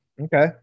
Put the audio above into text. Okay